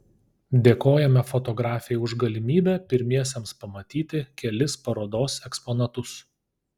dėkojame fotografei už galimybę pirmiesiems pamatyti kelis parodos eksponatus